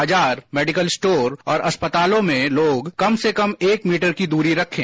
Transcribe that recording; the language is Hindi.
बाजार मेडिकल स्टोर और अस्पतालों में लोग कम से कम एक मीटर की दूरी रखें